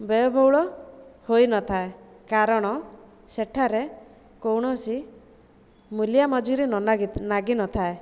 ବ୍ୟୟ ବହୁଳ ହୋଇନଥାଏ କାରଣ ସେଠାରେ କୌଣସି ମୁଲିଆ ମଜୁରୀ ନ ଲାଗି ଲାଗିନଥାଏ